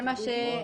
זה מה שרצינו.